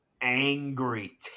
angry